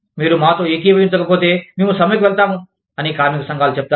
మీరు మాతో ఏకీభవించకపోతే మేము సమ్మెకు వెళ్తాము అని కార్మిక సంఘాలు చెప్తాయి